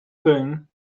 thing